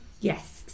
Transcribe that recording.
Yes